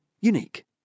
unique